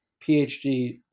PhD